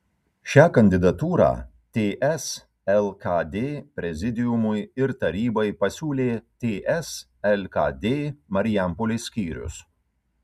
šią kandidatūrą ts lkd prezidiumui ir tarybai pasiūlė ts lkd marijampolės skyrius